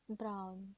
brown